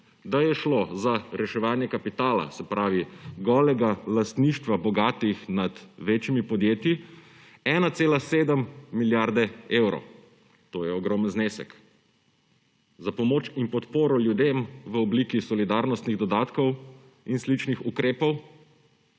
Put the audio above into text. da je šlo za reševanje kapitala, se pravi golega lastništva bogatih nad večjimi podjetji. 1,7 milijarde evrov − to je ogromen znesek. Za pomoč in podporo ljudem v obliki solidarnostnih dodatkov in sličnih ukrepov